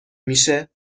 میشه